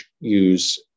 use